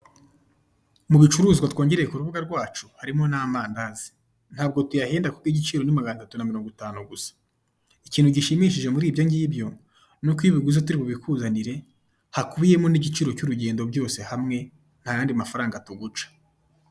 Mu bicuruzwa twongereye ku rubuga rwacu harimo n'amandazi. Ntabwo tuyahenda kuko igiciro ni maganatatu na miringo itanu gusa, ikintu gishimishije muri ibyongibyo n'uko iyo ibiguze turi bubikuzanire hakubiyemo n'igiciro cy'urugendo byose hamwe ntayandi mafaranga tuguca.